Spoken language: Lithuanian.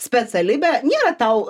specialybę nėra tau